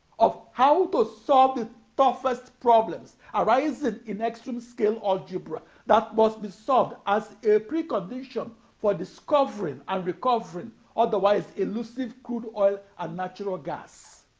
of how to solve the toughest problems arising in extreme-scale algebra that must be solved as a pre-condition for discovering and recovering otherwise elusive crude oil and natural gas.